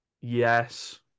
Yes